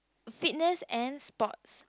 fitness and sports